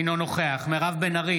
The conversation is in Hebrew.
אינו נוכח מירב בן ארי,